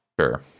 Sure